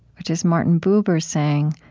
which is martin buber saying,